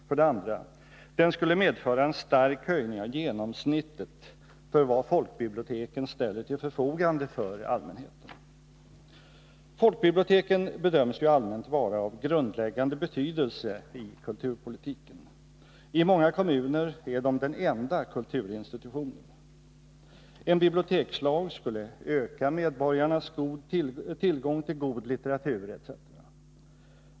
För det andra: den skulle medföra en stark höjning av genomsnittet för vad folkbiblioteken ställer till förfogande för allmänheten. Folkbiblioteken bedöms ju allmänt vara av grundläggande betydelse i kulturpolitiken. I många kommuner är det den enda kulturinstitutionen. En bibliotekslag skulle öka medborgarnas tillgång till god litteratur etc.